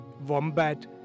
wombat